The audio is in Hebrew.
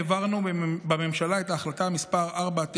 העברנו בממשלה את החלטה 492,